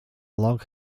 long